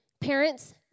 Parents